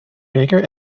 baker